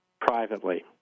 privately